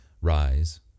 rise